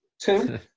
Two